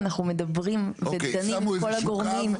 אנחנו מדברים ודנים כל הגורמים.